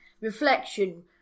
Reflection